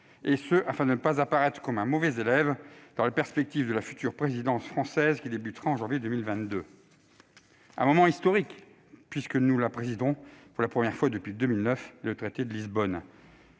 -, afin de ne pas apparaître comme un mauvais élève dans la perspective de la future présidence française, qui débutera en janvier 2022. Ce sera un moment historique, puisque nous exercerons la présidence pour la première fois depuis 2009 et le traité de Lisbonne.